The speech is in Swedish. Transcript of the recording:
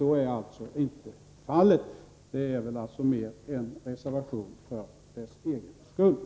Så är emellertid inte fallet — det handlar mer om en reservation för reservationernas egen skull.